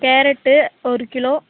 carrot ஒரு kilo